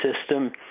system